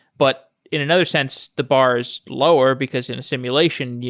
but in another sense, the bar is lower because in a simulation,